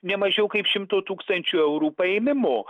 nemažiau kaip šimtų tūkstančių eurų paėmimo